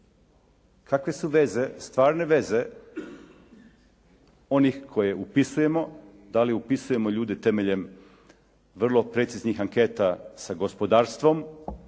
Kakve su veze, stvarne veze onih koje upisujemo? Da li upisujemo ljude temeljem vrlo preciznih anketa sa gospodarstvom?